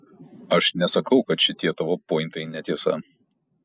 aš nesakau kad šitie tavo pointai netiesa